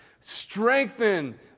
Strengthen